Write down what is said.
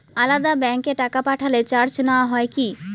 আলাদা ব্যাংকে টাকা পাঠালে চার্জ নেওয়া হয় কি?